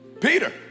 Peter